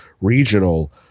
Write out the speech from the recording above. regional